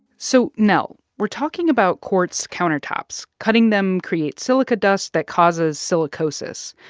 so, nell, we're talking about quartz countertops. cutting them creates silica dust that causes silicosis,